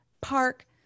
park